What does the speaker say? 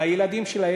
לילדים שלהם,